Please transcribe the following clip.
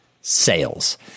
sales